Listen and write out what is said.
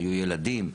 היו ילדים,